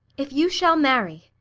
if you shall marry,